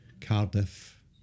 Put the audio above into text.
Cardiff